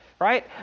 Right